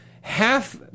half